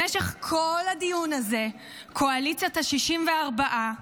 במשך כל הדיון הזה, קואליציית ה-64,